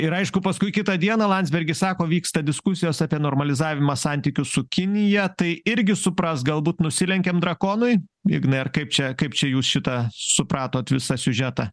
ir aišku paskui kitą dieną landsbergis sako vyksta diskusijos apie normalizavimą santykius su kinija tai irgi supras galbūt nusilenkiam drakonui ignai ar kaip čia kaip čia jūs šitą supratot visą siužetą